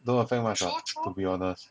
don't affect much what to be honest